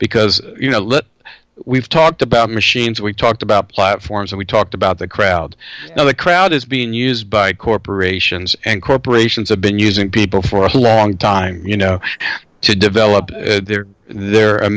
because you know we've talked about machines we talked about platforms and we talked about the crowds now the crowd is being used by corporations and corporations have been using people for a long time you know to develop their there a